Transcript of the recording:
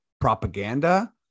propaganda